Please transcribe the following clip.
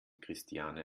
christiane